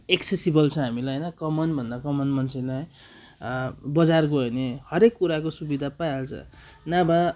accessible छ हामीलाई होइन कमनभन्दा कमन मान्छेलाई बजार गयो भने हरेक कुराको सुविधा पाइहाल्छ नभए